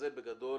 זה בגדול